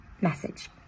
message